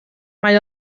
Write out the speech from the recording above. mae